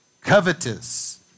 Covetous